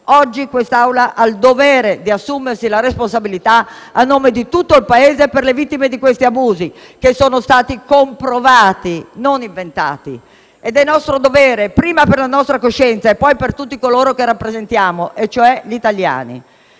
Oggi questa Assemblea ha il dovere di assumersi la responsabilità, a nome di tutto il Paese, per le vittime di questi abusi, che sono stati comprovati, non inventati. È nostro dovere, prima per la nostra coscienza e poi per tutti coloro che rappresentiamo, e cioè gli italiani,